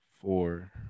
Four